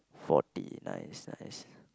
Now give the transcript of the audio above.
forty nice nice